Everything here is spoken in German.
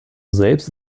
selbst